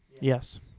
Yes